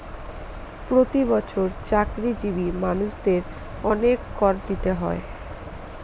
প্রতি বছর চাকরিজীবী মানুষদের অনেক কর দিতে হয়